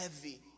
heavy